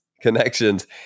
Connections